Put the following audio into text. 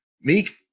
Meek